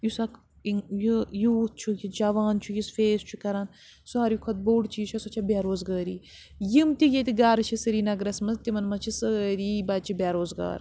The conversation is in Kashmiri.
یُس اَکھ یہِ یوٗتھ چھُ یہِ جوان چھُ یُس فیس چھُ کَران سارِوی کھۄتہٕ بوٚڑ چیٖز چھےٚ سۄ چھےٚ بے روزگٲری یِم تہِ ییٚتہِ گَرٕ چھِ سرینَگرَس مَنٛز تِمَن مَنٛز چھِ سٲری بَچہِ بے روزگار